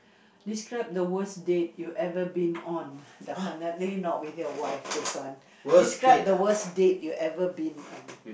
describe the worst date you ever been on definitely not with your wife this one describe the worst date you ever been on